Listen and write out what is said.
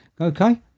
Okay